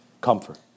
Comfort